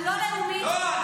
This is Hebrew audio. הלא-לאומית --- לא,